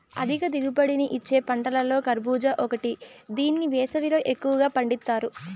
అధిక దిగుబడిని ఇచ్చే పంటలలో కర్భూజ ఒకటి దీన్ని వేసవిలో ఎక్కువగా పండిత్తారు